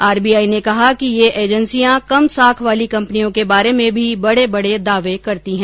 RBI ने कहा कि ये एजेन्सियां कम साख वाली कम्पनियों के बारे में भी बडे बडे दावे करती है